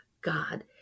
God